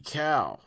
cow